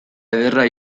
ederra